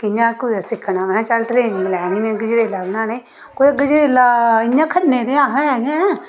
कि'यां कुदै सिक्खना महै चल ट्रेनिंग लैनी में गजरेला बनाने दी कुदै गजरेला इ'यां अस खन्ने ते हैं ऐ